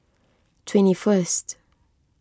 twenty first